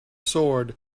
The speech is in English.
sword